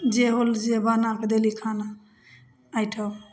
जे होल जे बनाके देली खाना एहिठाम